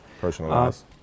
Personalized